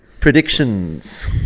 Predictions